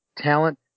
Talent